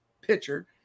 pitcher